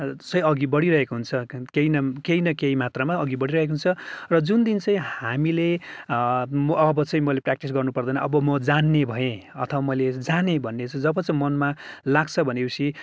चाहिँ अघि बढिरहेको हुन्छ केही नम केही न केही मात्रामा अघि बढिरहेको हुन्छ र जुन दिन चाहिँ हामीले अब चाहिँ मैले प्र्याक्टिस गर्नुपर्दैन अब म जान्ने भएँ अथवा मैले जानेँ भन्ने चाहिँ जब मनमा लाग्छ भनेपछि